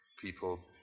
people